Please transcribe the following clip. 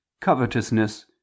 covetousness